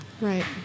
Right